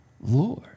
Lord